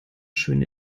schöne